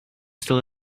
still